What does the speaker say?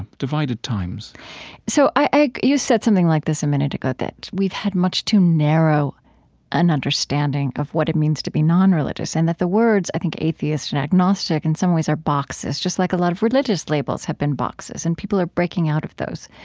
divided times so you said something like this a minute ago, that we've had much too narrow an understanding of what it means to be nonreligious, and that the words, i think, atheist and agnostic in some ways are boxes, just like a lot of religious labels have been boxes. and people are breaking out of those.